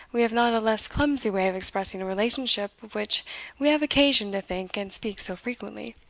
we have not a less clumsy way of expressing a relationship of which we have occasion to think and speak so frequently.